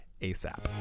ASAP